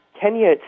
kenya